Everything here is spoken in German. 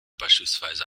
beispielsweise